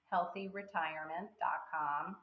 healthyretirement.com